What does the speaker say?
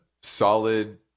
solid